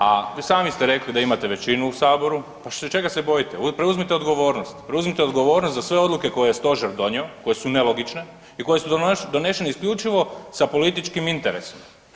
A i sami ste rekli da imate većinu u saboru, pa čega se bojite, preuzmite odgovornost, preuzmite odgovornost za sve odluke koje je stožer donio koje su nelogične i koje su donešene isključivo sa političkim interesima.